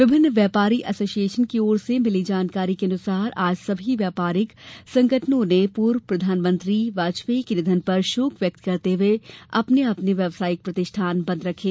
विभिन्न व्यापारी एसोसिएशन की ओर से मिली जानकारी अनुसार आज सभी व्यवसायिक संगठनों ने पूर्व प्रधानमंत्री वाजपेयी के निधन पर शोक व्यक्त करते हुए अपने अपने व्यवसायिक प्रतिष्ठान बंद रखा